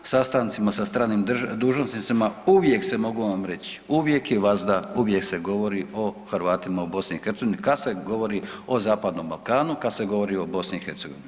Sastancima sa stranim dužnosnicima uvijek se, mogu vam reć, uvijek i vazda, uvijek se govori o Hrvatima u BiH kad se govori o zapadnom Balkanu, kad se govori o BiH.